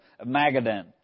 Magadan